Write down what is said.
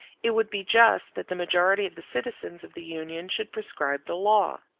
it would be just that the majority of the citizens of the union should prescribe the law.